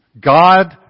God